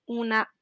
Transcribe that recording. una